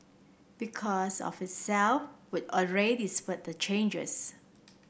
because of itself would already spur the changes